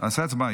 נעשה הצבעה.